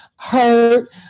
hurt